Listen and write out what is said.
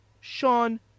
Sean